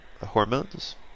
hormones